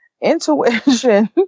intuition